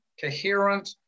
coherent